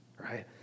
right